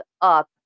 up